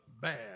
bad